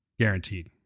guaranteed